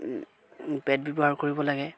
pad ব্যৱহাৰ কৰিব লাগে